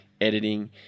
editing